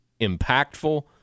impactful